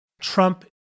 Trump